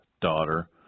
daughter